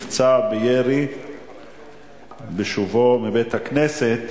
נפצע בירי בשובו מבית-הכנסת,